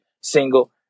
single